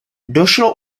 došlo